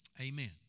Amen